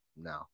No